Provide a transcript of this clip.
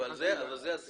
אבל זה השיח.